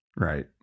Right